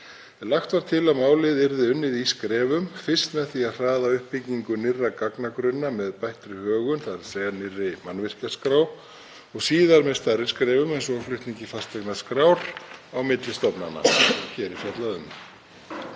Lagt var til að málið yrði unnið í skrefum, fyrst með því að hraða uppbyggingu nýrra gagnagrunna með bættri högun, þ.e. nýrri mannvirkjaskrá, og síðar með stærri skrefum eins og flutningi fasteignaskrár á milli stofnana sem hér er fjallað um.